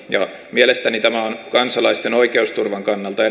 mielestäni tämä on kansalaisten oikeusturvan kannalta